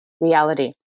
reality